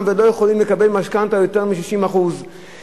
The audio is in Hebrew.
ולא יכולים לקבל משכנתה של יותר מ-60% ממחיר הדירה.